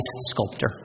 sculptor